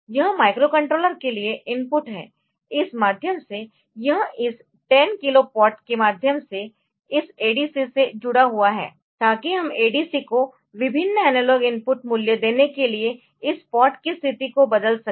यह माइक्रोकंट्रोलर के लिए इनपुट है इस माध्यम से यह इस 10 किलो पॉट के माध्यम से इस ADC से जुड़ा हुआ है ताकि हम ADC को विभिन्न एनालॉग इनपुट मूल्यदेने के लिए इस पॉट की स्थिति को बदल सकें